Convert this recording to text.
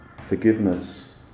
forgiveness